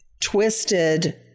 twisted